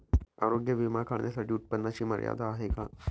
आरोग्य विमा काढण्यासाठी उत्पन्नाची मर्यादा आहे का?